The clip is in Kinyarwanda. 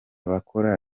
bakora